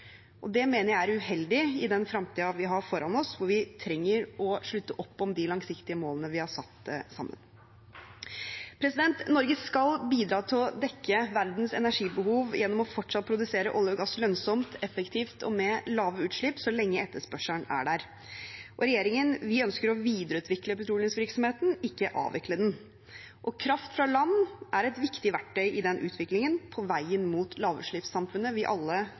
og det mener jeg er uheldig i den framtiden vi har foran oss, der vi trenger å slutte opp om de langsiktige målene vi har satt sammen. Norge skal bidra til å dekke verdens energibehov gjennom fortsatt å produsere olje og gass lønnsomt, effektivt og med lave utslipp så lenge etterspørselen er der. Regjeringen ønsker å videreutvikle petroleumsvirksomheten, ikke avvikle den. Kraft fra land er et viktig verktøy i den utviklingen, på veien mot lavutslippssamfunnet vi alle